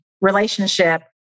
relationship